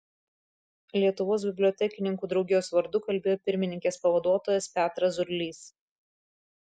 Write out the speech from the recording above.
lietuvos bibliotekininkų draugijos vardu kalbėjo pirmininkės pavaduotojas petras zurlys